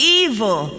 evil